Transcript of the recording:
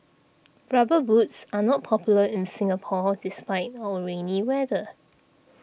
rubber boots are not popular in Singapore despite our rainy weather